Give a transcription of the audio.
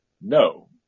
No